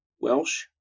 Welsh